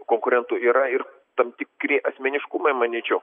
konkurentų yra ir tam tikri asmeniškumai manyčiau